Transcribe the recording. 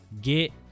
get